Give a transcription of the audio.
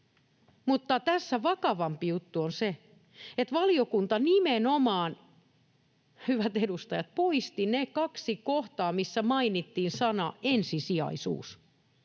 mutta tässä vakavampi juttu on se, että valiokunta nimenomaan, hyvät edustajat, poisti ne kaksi kohtaa, missä mainittiin sana ”ensisijaisuus”.